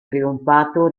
trionfato